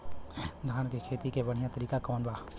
धान के खेती के बढ़ियां तरीका कवन बा?